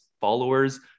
followers